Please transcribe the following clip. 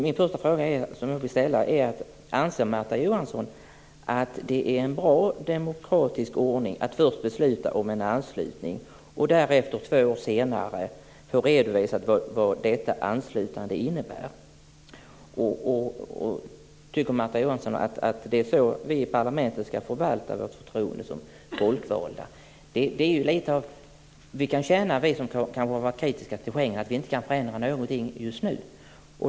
Min första fråga är: Anser Märta Johansson att det är en bra demokratisk ordning att först besluta om en anslutning och två år senare få redovisat vad detta anslutande innebär? Tycker Märta Johansson att det är så vi i parlamentet ska förvalta förtroendet som folkvalda? Vi som har varit kritiska till Schengen kan känna att vi inte kan förändra någonting just nu.